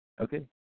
okay